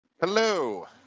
Hello